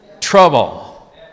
trouble